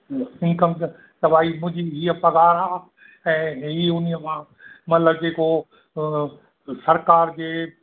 income त भाई मुंहिंजी ईअं पघार आहे ऐं ई उन्हीअ मां मतिलबु जेको सरकार जे